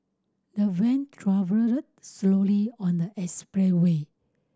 the van travelled slowly on the expressway